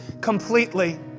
completely